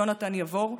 יונתן יאבור.